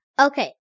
Okay